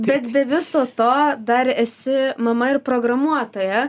bet be viso to dar esi mama ir programuotoja